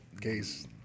case